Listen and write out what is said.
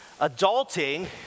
Adulting